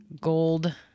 gold